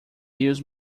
use